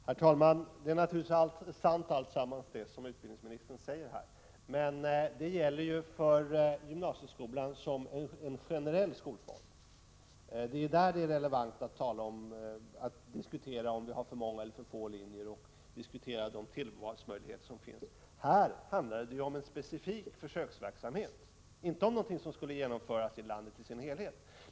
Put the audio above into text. Herr talman! Allt det som utbildningsministern säger här är naturligtvis sant, men det gäller för gymnasieskolan som generell skolform. Det är i det sammanhanget som det är relevant att diskutera om vi har för många eller för få linjer och vilka tillvalsmöjligheter som finns. Här handlar det om en specifik försöksverksamhet, inte om något som skulle genomföras i landet i dess helhet.